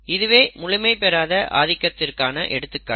இதுவே முழுமை பெறாத ஆதிக்கத்திற்கான எடுத்துக்காட்டு